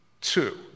Two